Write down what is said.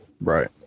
right